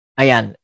ayan